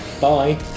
Bye